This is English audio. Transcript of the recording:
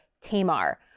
Tamar